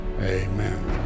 amen